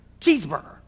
cheeseburger